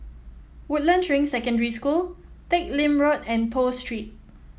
Woodlands Ring Secondary School Teck Lim Road and Toh Street